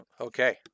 Okay